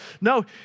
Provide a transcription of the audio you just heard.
No